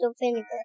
Vinegar